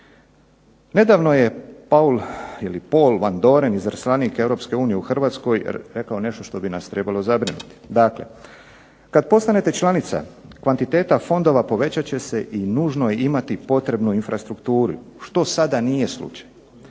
Nedavno je Paul Van Doren izaslanik Europske unije u Hrvatskoj rekao nešto što bi nas trebalo zabrinuti. Dakle, kada postanete članica kvantiteta fondova povećat će se i nužno je imati potrebnu infrastrukturu, što sada nije slučaj,